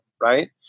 right